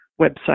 website